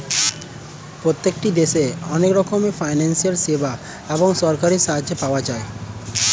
প্রত্যেকটি দেশে অনেক রকমের ফিনান্সিয়াল সেবা এবং সরকারি সাহায্য পাওয়া যায়